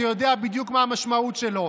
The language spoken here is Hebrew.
אתה יודע בדיוק מה המשמעות שלו.